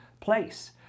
place